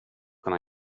kunna